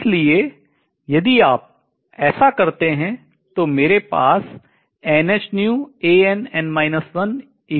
इसलिए यदि आप ऐसा करते हैं तो मेरे पास है